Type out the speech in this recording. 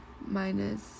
Minus